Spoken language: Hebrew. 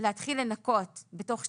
להתחיל לנכות בתוך שנתיים,